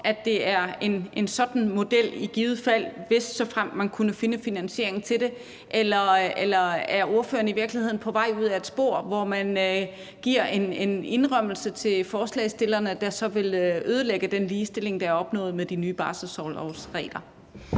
skal være en sådan model, såfremt man kan finde finansiering til det, eller er ordføreren i virkeligheden på vej ud ad et spor, hvor der gives en indrømmelse til forslagsstillerne, hvilket så vil ødelægge den ligestilling, der er opnået med de nye barselsorlovsregler?